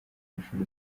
mashuri